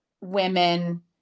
women